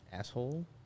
Asshole